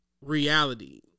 reality